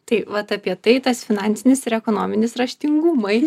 tai vat apie tai tas finansinis ir ekonominis raštingumai